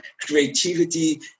creativity